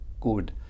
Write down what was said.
good